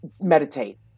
meditate